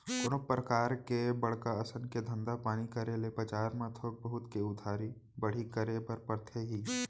कोनो परकार के बड़का असन के धंधा पानी करे ले बजार म थोक बहुत के उधारी बाड़ही करे बर परथे ही